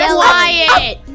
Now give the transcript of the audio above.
quiet